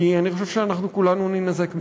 כי אני חושב שאנחנו כולנו נינזק מזה.